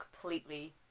completely